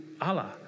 Allah